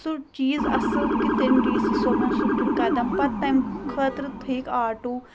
سُہ چیٖز اَصٕل کہِ تٔمۍ ڈی سی صٲبَن سُہ تُل قدم پَتہٕ تَمہِ خٲطرٕ تھٔیِکھ آٹوٗ